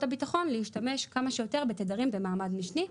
הביטחון להשתמש כמה שיותר בתדרים במעמד משני,